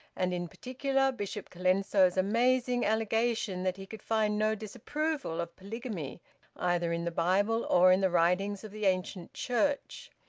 and in particular bishop colenso's amazing allegation that he could find no disapproval of polygamy either in the bible or in the writings of the ancient church.